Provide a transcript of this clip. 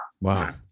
Wow